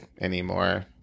anymore